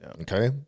Okay